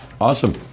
Awesome